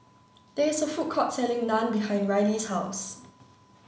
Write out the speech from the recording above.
there is a food court selling Naan behind Ryley's house